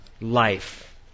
Life